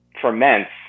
ferments